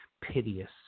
piteous